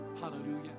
Hallelujah